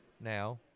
now